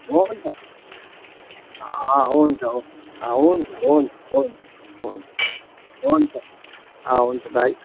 हुन्छ अँ हुन्छ हुन्छ अँ हुन्छ हुन्छ हुन्छ हुन्छ हुन्छ अँ हुन्छ बाई